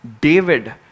David